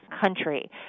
country